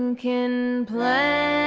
and can plan